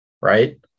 Right